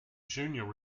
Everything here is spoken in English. junior